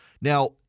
Now